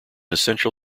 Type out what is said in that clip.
essential